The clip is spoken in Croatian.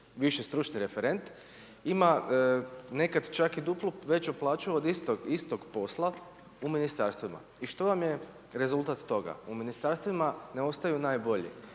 viši stručni referent ima nekad čak i duplo veću plaću od istog posla u ministarstvima. I što vam je rezultat toga? U ministarstvima ne ostaju najbolji,